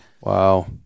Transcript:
Wow